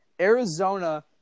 Arizona